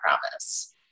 promise